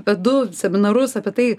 vedu seminarus apie tai